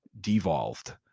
devolved